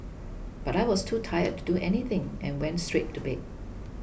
but I was too tired to do anything and went straight to bed